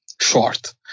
short